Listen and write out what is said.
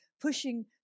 pushing